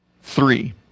Three